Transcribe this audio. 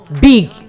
big